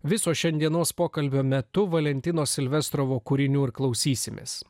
viso šiandienos pokalbio metu valentino silvestro kūrinių ir klausysimės